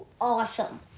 awesome